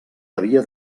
havia